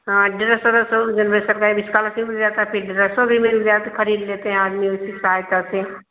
हाँ ड्रेस उरेस होऊ जिनमें सरकारी के स्कालर्शिप भी मिल जाता है फिर ड्रेसो भी मिल जाए तो ख़रीद लेते हैं आदमी उसी की सहायता से